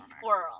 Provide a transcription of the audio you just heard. squirrel